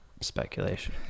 speculation